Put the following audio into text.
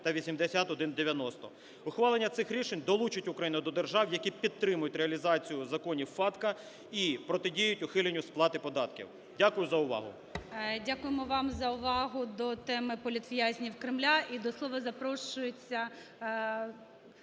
Ухвалення цих рішень долучить Україну до держав, які підтримують реалізацію законів FATCA і протидіють ухиленню сплати податків. Дякую за увагу.